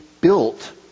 built